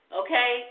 okay